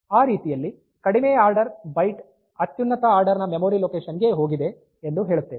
ಆ ರೀತಿಯಲ್ಲಿ ಕಡಿಮೆ ಆರ್ಡರ್ ಬೈಟ್ ಅತ್ಯುನ್ನತ ಆರ್ಡರ್ ನ ಮೆಮೊರಿ ಲೊಕೇಶನ್ ಗೆ ಹೋಗಿದೆ ಎಂದು ಹೇಳುತ್ತೇವೆ